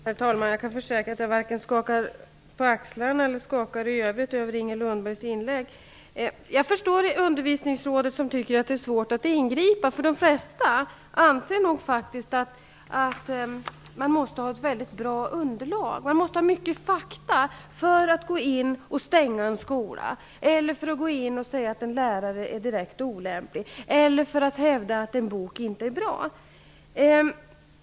Herr talman! Jag kan försäkra att jag varken skakar på axlarna eller skakar i övrigt över Inger Lundbergs inlägg. Jag förstår undervisningsrådet som tycker att det är svårt att ingripa. De flesta anser nog att man måste ha ett väldigt bra underlag och mycket fakta för att stänga en skola, för att säga att en lärare är direkt olämplig eller för att hävda att en bok inte är bra.